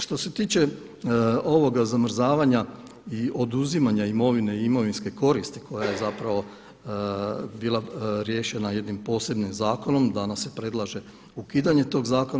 Što se tiče ovoga zamrzavanja i oduzimanja imovine i imovinske koristi koja je bila riješena jednim posebnim zakonom, danas se predlaže ukidanje tog zakona.